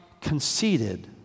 conceited